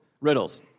riddles